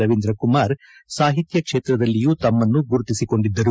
ರವೀಂದ್ರ ಕುಮಾರ್ ಸಾಹಿತ್ಯ ಕ್ಷೇತ್ರದಲ್ಲಿಯೂ ತಮ್ಮನ್ನು ಗುರುತಿಸಿಕೊಂಡಿದ್ದರು